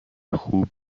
خوب